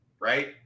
right